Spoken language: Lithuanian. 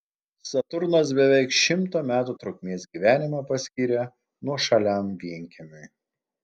saturnas beveik šimto metų trukmės gyvenimą paskyrė nuošaliam vienkiemiui